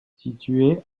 situé